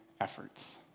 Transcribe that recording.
efforts